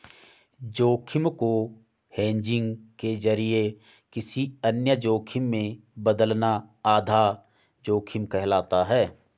जोखिम को हेजिंग के जरिए किसी अन्य जोखिम में बदलना आधा जोखिम कहलाता है